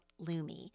Lumi